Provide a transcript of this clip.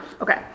okay